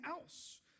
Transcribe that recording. else